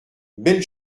belle